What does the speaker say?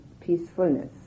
peacefulness